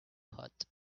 hot